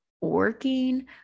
working